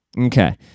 okay